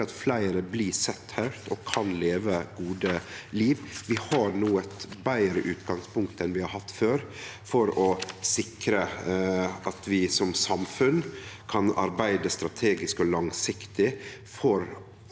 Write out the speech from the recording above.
at fleire blir sett, høyrde og kan leve eit godt liv. Vi har no eit betre utgangspunkt enn vi har hatt før, for å sikre at vi som samfunn kan arbeide strategisk og langsiktig for